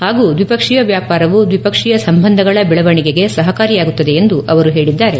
ಹಾಗೂ ದ್ವಿಪಕ್ಷೀಯ ವ್ಯಾಪಾರವು ದ್ವಿಪಕ್ಷೀಯ ಸಂಬಂಧಗಳ ಬೆಳವಣಿಗೆಗೆ ಸಹಕಾರಿಯಾಗುತ್ತದೆ ಎಂದು ಅವರು ಹೇಳಿದ್ದಾರೆ